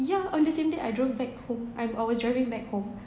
yeah on the same day I drove back home I was driving back home